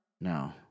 No